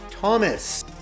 Thomas